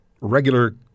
regular